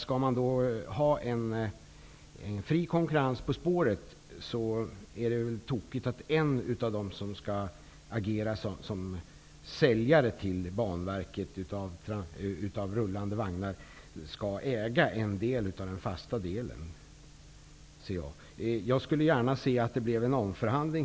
Skall man ha fri konkurrens på spåret, är det tokigt om en av dem som skall agera som säljare av rullande vagnar till Banverket skall äga en del av den fasta anläggningen. Jag skulle gärna se att det blev en omförhandling.